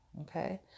Okay